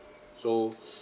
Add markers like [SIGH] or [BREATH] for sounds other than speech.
so [BREATH]